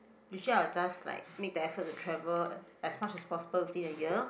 usually I will just like make the effort to travel as much as possible within a year